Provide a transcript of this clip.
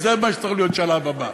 וזה מה שצריך להיות השלב הבא.